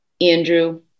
Andrew